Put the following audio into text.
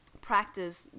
practice